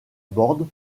borde